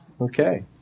Okay